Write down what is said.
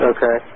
Okay